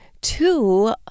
two